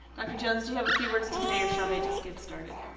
dr. jones do you have a few words to say or shall they just get started